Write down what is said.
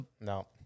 No